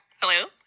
Hello